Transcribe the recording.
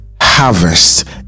harvest